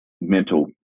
mental